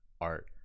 art